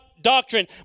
doctrine